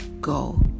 go